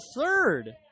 third